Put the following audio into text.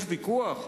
יש ויכוח?